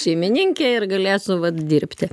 šeimininkė ir galėsiu dirbti